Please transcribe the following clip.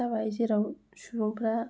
जाबाय जेराव सुबुंफोरा